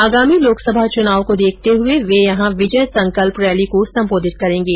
आगामी लोकसभा चुनाव को देखते हुए वे यहां विजय संकल्प रैली को संबोधित करेंगे